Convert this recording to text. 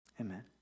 Amen